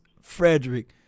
Frederick